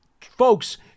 Folks